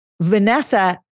Vanessa